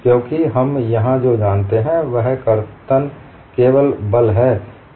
क्योंकि हम यहां जो जानते हैं वह केवल कर्तन बल है